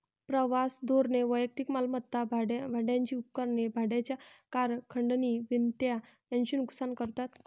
प्रवास धोरणे वैयक्तिक मालमत्ता, भाड्याची उपकरणे, भाड्याच्या कार, खंडणी विनंत्या यांचे नुकसान करतात